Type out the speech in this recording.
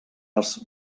els